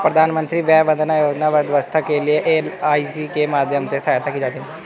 प्रधानमंत्री वय वंदना योजना वृद्धावस्था के लिए है, एल.आई.सी के माध्यम से सहायता की जाती है